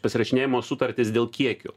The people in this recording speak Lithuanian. pasirašinėjamos sutartys dėl kiekių